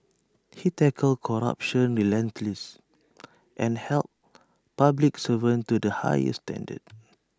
he tackled corruption relentless and held public servants to the highest standards